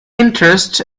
interest